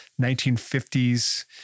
1950s